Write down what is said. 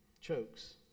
chokes